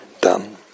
done